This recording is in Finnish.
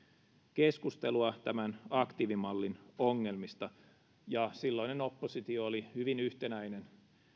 keskustelua tämän aktiivimallin ongelmista ja silloinen oppositio oli hyvin yhtenäinen